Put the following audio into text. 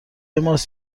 ماست